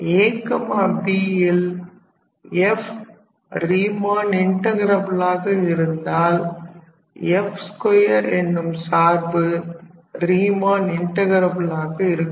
ab ல் f Riemann இன்ட்டகிரபிலாக இருந்தால் f 2 என்னும் சார்பு ரீமன் இன்ட்டகிரபிலாக இருக்கும்